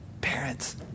Parents